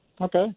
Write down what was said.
Okay